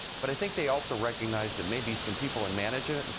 but i think they also recognize that may be some people in management,